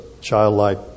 childlike